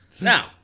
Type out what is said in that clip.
Now